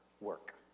work